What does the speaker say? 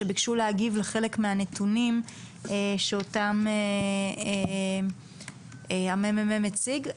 שביקשו להגיב לחלק מהנתונים שאותם הממ"מ הציג.